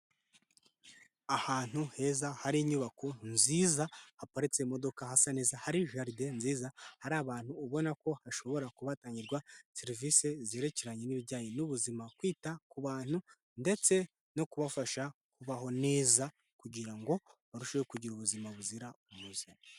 Ahantu heza hari inyubako nziza haparitse imodoka hasa neza hari gerde nziza, hari abantu ubona ko hashobora kuba hatangirwa serivisi zerekeranye n'ibijyanye n'ubuzima, kwita ku bantu ndetse no kubafasha kubaho neza kugira ngo barusheho kugira ubuzima buzira umuze.